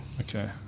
Okay